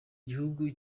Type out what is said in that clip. gihugu